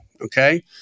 Okay